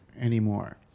anymore